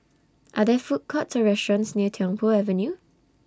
Are There Food Courts Or restaurants near Tiong Poh Avenue